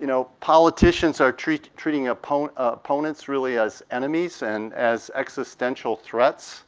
you know politicians are treating treating opponents opponents really as enemies and as existential threats.